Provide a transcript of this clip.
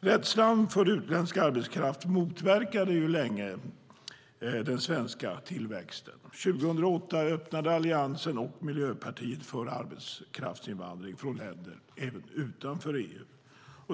Rädslan för utländsk arbetskraft motverkade länge den svenska tillväxten. År 2008 öppnade Alliansen och Miljöpartiet för arbetskraftsinvandring från länder även utanför EU.